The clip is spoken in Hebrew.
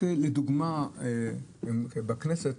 לדוגמה בכנסת